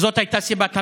זאת הייתה סיבת המוות,